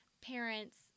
parents